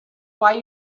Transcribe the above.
why